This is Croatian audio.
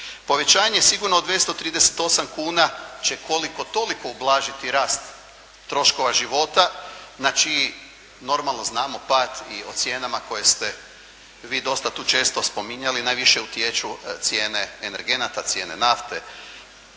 Povećanje sigurno od 238 kuna će koliko toliko ublažiti rast troškova života na čiji normalno znamo pad i o cijenama koje ste vi dosta tu često spominjali. Najviše utječu cijene energenata, cijene nafte,